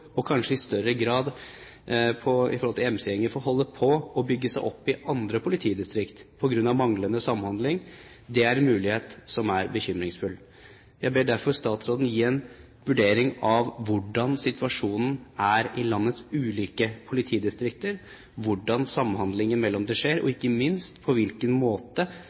og at disse gjengene kanskje i større grad får holde på å bygge seg opp i andre politidistrikt på grunn av manglende samhandling, er en mulighet som er bekymringsfull. Jeg ber derfor statsråden igjen gi en vurdering av hvordan situasjonen er i landets ulike politidistrikter, hvordan samhandlingen mellom dem skjer, og, ikke minst, på hvilken måte